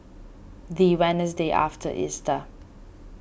the Wednesday after Easter